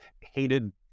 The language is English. hated